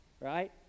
right